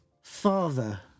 father